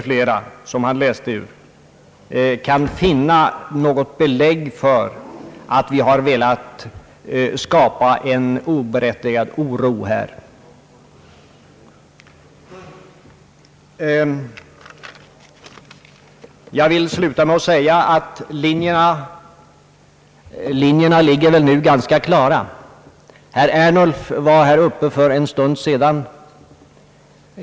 fi., som han läste ur, kan finna något belägg för att vi har velat skapa en oberättigad oro i denna fråga. Jag vill sluta med att säga att linjerna väl nu ligger ganska klara. Herr Ernulf var uppe i talarstolen för en stund sedan.